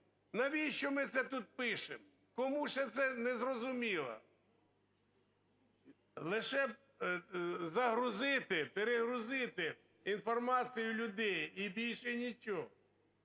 Навіщо ми це тут пишемо, кому ще це не зрозуміло? Лише б загрузити, перегрузити інформацією людей - і більш нічого.